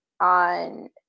on